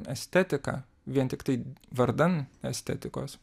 estetiką vien tiktai vardan estetikos